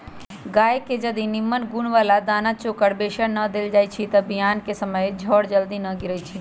गाय के जदी निम्मन गुण बला दना चोकर बेसन न देल जाइ छइ तऽ बियान कें समय जर जल्दी न गिरइ छइ